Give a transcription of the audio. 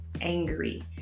Angry